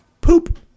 Poop